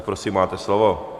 Prosím, máte slovo.